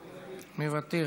מוותר.